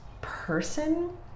person